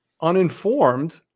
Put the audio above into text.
uninformed